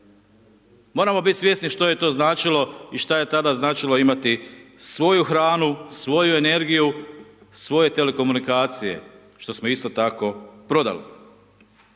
moramo biti svjesni što je to značilo i šta je tada značilo imati svoju hranu, svoju energiju, svoj telekomunikacije, što smo isto tako prodali.